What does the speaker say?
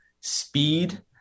speed